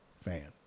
fan